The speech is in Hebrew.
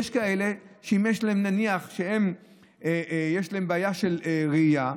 יש כאלה שאם יש להם נניח בעיית ראייה,